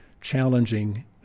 challenging